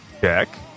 Check